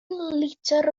litr